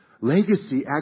Legacy